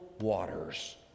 waters